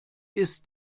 ist